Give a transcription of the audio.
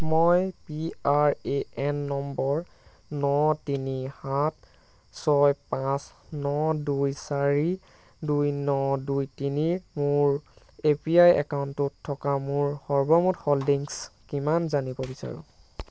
মই P R A N নম্বৰ ন তিনি সাত ছয় পাঁচ ন দুই চাৰি দুই ন দুই তিনিৰ মোৰ এ পি আই একাউণ্টটোত থকা মোৰ সৰ্বমুঠ হোল্ডিংছ কিমান জানিব বিচাৰোঁ